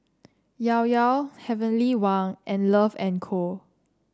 Llao Llao Heavenly Wang and Love and Co